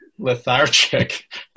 lethargic